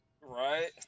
Right